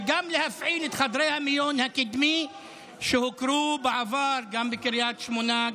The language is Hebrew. וגם להפעיל את חדרי המיון הקדמי שהוכרו בעבר בקריית שמונה,